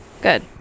Good